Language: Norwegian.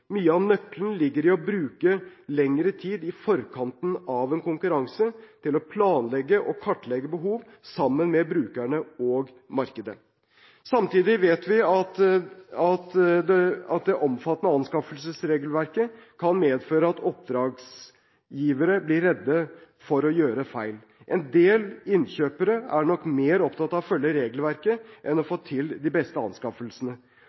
Mye av nøkkelen ligger i å bruke lengre tid i forkant av en konkurranse til å planlegge og kartlegge behov sammen med brukerne og markedet. Samtidig vet vi at det omfattende anskaffelsesregelverket kan medføre at oppdragsgivere blir redde for å gjøre feil. En del innkjøpere er nok mer opptatt av å følge regelverket enn å få til de beste anskaffelsene.